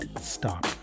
stop